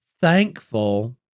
thankful